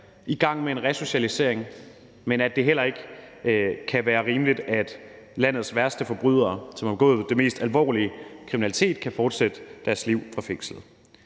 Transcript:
i gang med en resocialisering, men at det heller ikke kan være rimeligt, at landets værste forbrydere, som har begået den mest alvorlige kriminalitet, kan fortsætte deres liv fra fængselet.